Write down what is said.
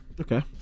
Okay